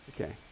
okay